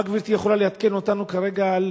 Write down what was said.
מה גברתי יכולה לעדכן אותנו כרגע על